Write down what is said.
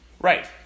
Right